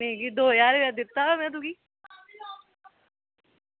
की में दौ ज्हार रपेआ दित्ता हा तुगी